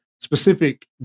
specific